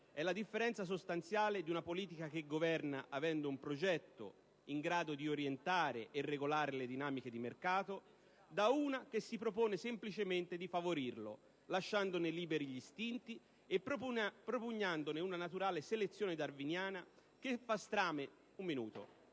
è la differenza sostanziale di una politica che governa avendo un progetto in grado di orientare e regolare le dinamiche di mercato da una che si propone semplice dì favorirlo lasciandone liberi gli istinti e propugnandone una naturale selezione darwiniana che fa strame dei